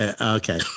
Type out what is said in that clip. Okay